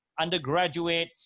undergraduate